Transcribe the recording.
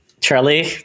charlie